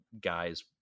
guys